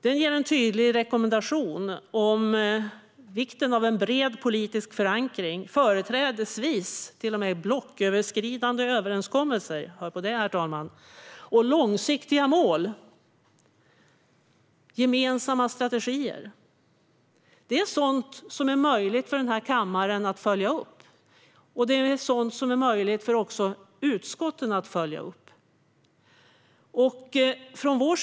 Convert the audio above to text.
Den ger en tydlig rekommendation om vikten av att ha en bred politisk förankring, företrädesvis till och med blocköverskridande överenskommelser - hör på det, herr talman - och långsiktiga mål. Gemensamma strategier är sådant som det är möjligt för den här kammaren att följa upp. Det är också sådant som är möjligt för utskotten att följa upp.